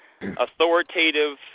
authoritative